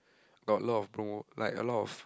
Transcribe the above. got a lot of promo like a lot of